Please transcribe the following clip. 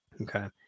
Okay